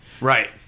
Right